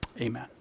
Amen